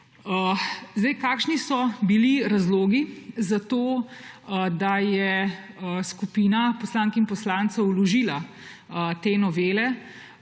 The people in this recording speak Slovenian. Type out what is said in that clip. časa. Kakšni so bili razlogi za to, da je skupina poslank in poslancev vložila to novelo,